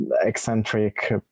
eccentric